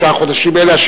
על שלושה החודשים האלה,